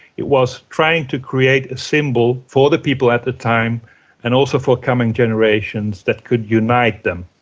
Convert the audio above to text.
it was trying to create a symbol for the people at the time and also for coming generations that could unite them.